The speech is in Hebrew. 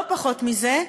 לא פחות מזה,